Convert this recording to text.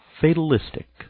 fatalistic